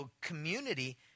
community